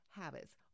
habits